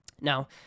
Now